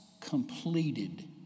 completed